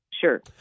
Sure